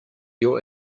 your